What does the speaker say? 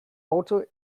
alter